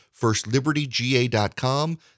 FirstLibertyGA.com